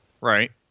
right